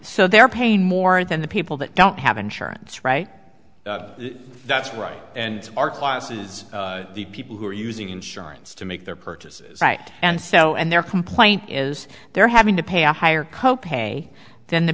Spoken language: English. so they're paying more than the people that don't have insurance right that's right and our classes the people who are using insurance to make their purchases right and so and their complaint is they're having to pay a higher co pay then the